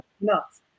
nuts